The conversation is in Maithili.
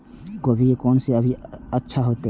गोभी के कोन से अभी बीज अच्छा होते?